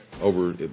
over